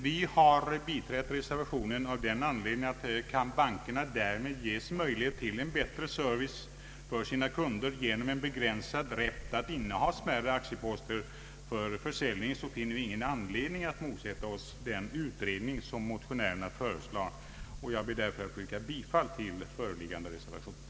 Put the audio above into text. Vi har biträtt reservationen av den anledningen att om bankerna genom en begränsad rätt att inneha smärre aktieposter för försäljning kan ges möjlighet till en bättre service för sina kunder, finner vi ingen anledning att motsätta oss den utredning som motionärerna föreslår. Jag ber därför att få yrka bifall till